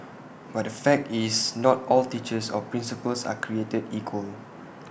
but the fact is not all teachers or principals are created equal